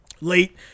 late